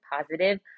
positive